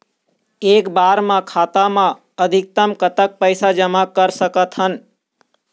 एक बार मा खाता मा अधिकतम कतक पैसा जमा कर सकथन?